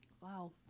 Wow